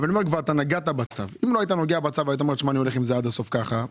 אם לא היית נוגע בצו והיית אומר שאתה הולך עם זה עד הסוף ככה,